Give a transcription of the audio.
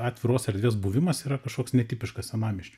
atviros erdvės buvimas yra kažkoks netipiškas senamiesč